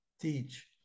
teach